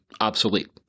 obsolete